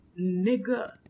Nigga